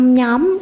nhóm